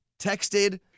texted